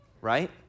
Right